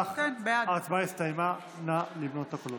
ההצבעה הסתיימה, נא למנות את הקולות.